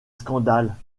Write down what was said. scandale